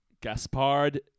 Gaspard